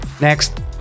Next